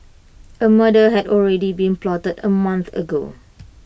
A murder had already been plotted A month ago